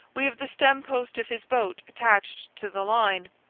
we have the stem-post of his boat attached to the line.